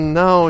no